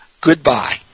goodbye